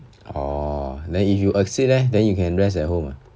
orh then if you exceed leh then you can rest at home ah